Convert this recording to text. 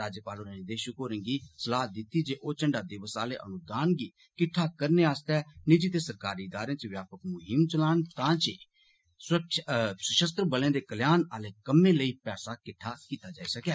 राज्यपाल होरे निदेषक होरे गी सलाह दिती जे ओ झण्डा दिवस आले अनुदान गी किट्ठा करने आस्तै निजि ते सरकारी इदारे च व्यापक मुहीम चलान तां जे सषस्त्र बलें दे कल्याण आले कम्में लेई पैसा किट्ठा कीता जाई सकै